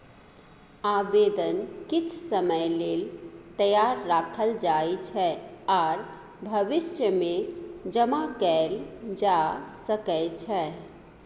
आबेदन किछ समय लेल तैयार राखल जाइ छै आर भविष्यमे जमा कएल जा सकै छै